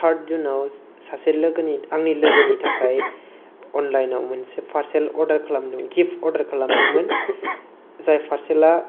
थार्द जुनाव सासे लोगोनि आंनि लोगोनि थाखाय अनलाइनआव मोनसे पार्सेल अर्डार गिफ्ट अर्डार खालामदोंमोन जाय पार्सेलआ